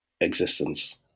existence